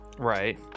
Right